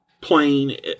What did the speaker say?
Plain